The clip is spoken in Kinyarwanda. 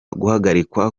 guhagarikwa